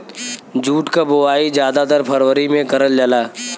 jute क बोवाई जादातर फरवरी में करल जाला